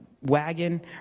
Wagon